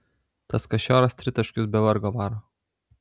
tas kašioras tritaškius be vargo varo